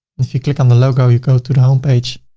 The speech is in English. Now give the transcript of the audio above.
and if you click on the logo, you go to the homepage